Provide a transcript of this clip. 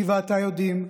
"אני ואתה יודעים,